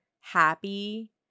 happy